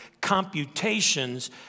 computations